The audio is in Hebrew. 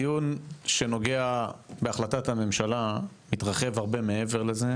הדיון שנוגע בהחלטת הממשלה התרחב הרבה מעבר לזה,